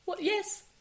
Yes